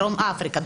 דרום אפריקה,